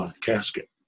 casket